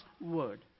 word